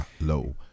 low